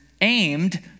aimed